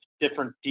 different